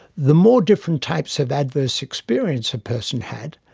the more different types of adverse experience a person had,